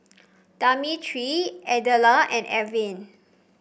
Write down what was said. Demetri Edla and Elvin